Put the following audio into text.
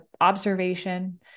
observation